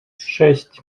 шесть